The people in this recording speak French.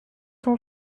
son